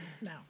No